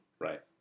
Right